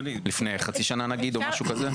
לפני חצי שנה נגיד או משהו כזה?